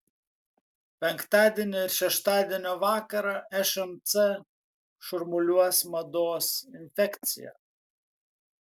penktadienio ir šeštadienio vakarą šmc šurmuliuos mados infekcija